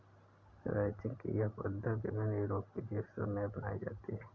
ranching की यह पद्धति विभिन्न यूरोपीय देशों में अपनाई जाती है